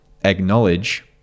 acknowledge